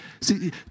See